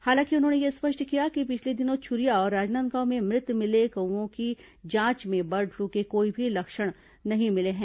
हालांकि उन्होंने यह स्पष्ट किया कि पिछले दिनों छुरिया और राजनांदगांव में मृत मिले कौवों की जांच में बर्ड फ्लू के कोई भी लक्षण नहीं मिले हैं